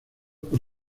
por